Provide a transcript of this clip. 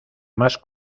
más